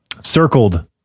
circled